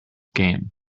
game